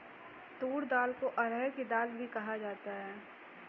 तूर दाल को अरहड़ की दाल भी कहा जाता है